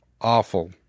awful